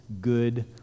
good